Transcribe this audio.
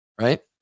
right